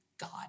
God